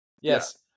Yes